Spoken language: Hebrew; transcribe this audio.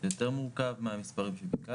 זה יותר מורכב מהמספרים שביקשת.